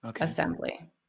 assembly